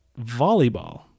volleyball